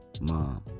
mom